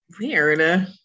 Weird